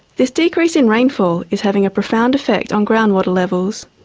this decrease in rainfall is having a profound effect on groundwater levels.